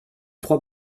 trois